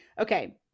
Okay